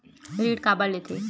ऋण काबर लेथे?